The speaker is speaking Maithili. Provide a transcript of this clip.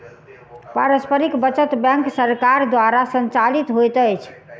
पारस्परिक बचत बैंक सरकार द्वारा संचालित होइत अछि